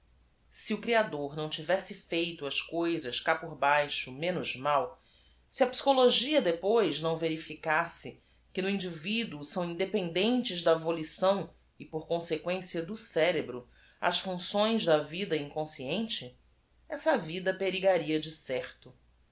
e o reador não tivesse feito as coisas cá por b a i x o menos mal se a psyohologia depois não v e r i f i casse que no indivíduo são iude pendentes da volição e por conse qüência do cérebro as funeções da v i d a inconsciente essa vida perigaria de certo